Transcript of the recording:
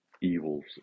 evils